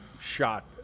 shot